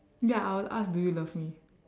ya I will ask do you love me